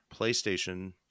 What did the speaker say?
PlayStation